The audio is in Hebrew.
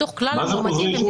מתוך כלל המאומתים במדינת ישראל.